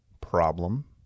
problem